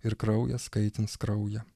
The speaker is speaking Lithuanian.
ir kraujas kaitins kraują